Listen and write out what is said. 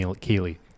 Keely